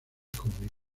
comunistas